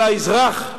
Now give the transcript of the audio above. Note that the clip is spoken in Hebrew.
על האזרח,